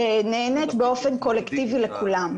שנענית באופן קולקטיבי לכולם.